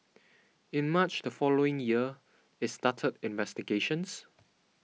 in March the following year it started investigations